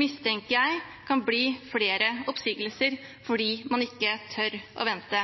mistenker jeg dessverre kan bli flere oppsigelser, fordi man ikke tør å vente.